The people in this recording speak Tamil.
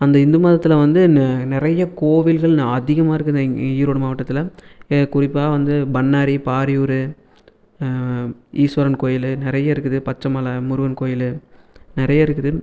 அந்த இந்து மதத்தில் வந்து நிறைய கோவில்கள் அதிகமாக இருக்குது ஈரோடு மாவட்டத்தில் குறிப்பாக வந்து பண்ணாரி பாரியூர் ஈஸ்வரன் கோயில் நிறைய இருக்குது பச்சை மலை முருகன் கோயில் நிறைய இருக்குது